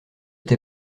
t’ai